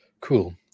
Cool